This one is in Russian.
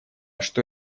что